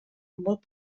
molt